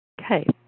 Okay